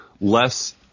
less